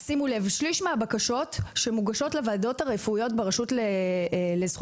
שימו לב: שליש מהבקשות שמוגשות לוועדות הרפואיות ברשות לזכויות